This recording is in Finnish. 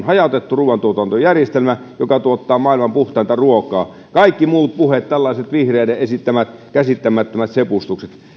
hajautettu ruuantuotantojärjestelmä joka tuottaa maailman puhtainta ruokaa kaikki muut puheet tällaiset vihreiden esittämät käsittämättömät sepustukset